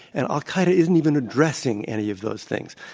and al-qaeda isn't even addressing any of those things.